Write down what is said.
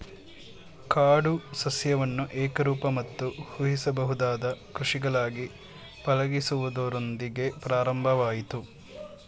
ಕಾಡು ಸಸ್ಯವನ್ನು ಏಕರೂಪ ಮತ್ತು ಊಹಿಸಬಹುದಾದ ಕೃಷಿಗಳಾಗಿ ಪಳಗಿಸುವುದರೊಂದಿಗೆ ಪ್ರಾರಂಭವಾಯ್ತು